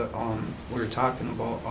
we were talking about,